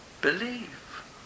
believe